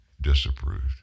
disapproved